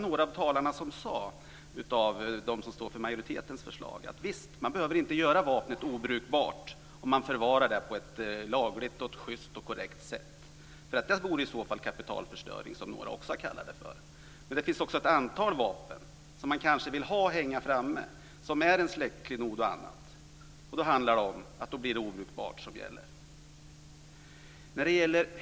Några av de talare som står för majoritetens förslag sade att man inte behöver göra vapnet obrukbart om man förvarar det på ett lagligt, just och korrekt sätt. Annars vore det kapitalförstöring, som några också har kallat det för. Men det finns också ett antal vapen som man kanske vill ha framme, släktklenoder och annat. Då gäller det att de ska vara obrukbara.